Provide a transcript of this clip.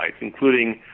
including